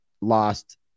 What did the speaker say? lost